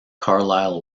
carlisle